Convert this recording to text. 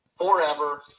forever